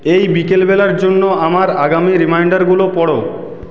এই বিকালবেলার জন্য আমার আগামী রিমাইন্ডারগুলো পড়ো